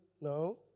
No